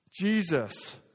Jesus